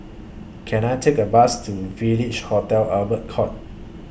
Can I Take A Bus to Village Hotel Albert Court